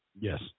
Yes